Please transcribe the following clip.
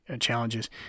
challenges